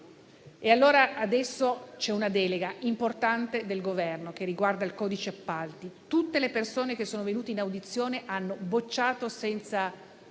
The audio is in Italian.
Adesso c'è una delega importante al Governo che riguarda il codice degli appalti. Tutte le persone che sono venute in audizione hanno bocciato, senza